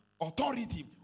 authority